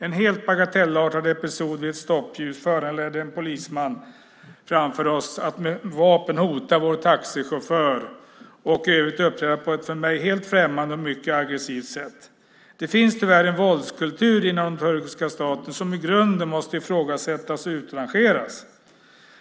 En helt bagatellartad episod vid ett stoppljus föranledde en polisman framför oss att med vapen hota vår taxichaufför och i övrigt uppträda på ett för mig helt främmande och mycket aggressivt sätt. Det finns tyvärr en våldskultur inom den turkiska staten som i grunden måste ifrågasättas och utrangeras.